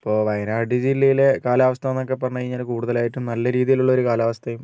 ഇപ്പോൾ വയനാട് ജില്ലയിലെ കാലാവസ്ഥ എന്നൊക്കെ പറഞ്ഞ് കഴിഞ്ഞാല് കൂടുതലായിട്ടും നല്ല രീതിയിലുള്ള ഒരു കാലാവസ്ഥയും